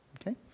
Okay